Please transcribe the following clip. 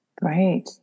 Great